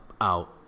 out